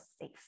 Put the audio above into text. safe